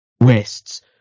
Wests